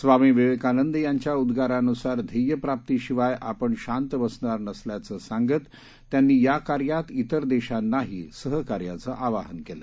स्वामी विवेकानंद यांच्या उदगारानुसार ध्येयप्राप्ती शिवाय आपण शांत बसणार नसल्याचं सांगत त्यांनी या कार्यात इतर देशांनाही सहकार्याचे आवाहन केलं